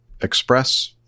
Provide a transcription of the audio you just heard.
Express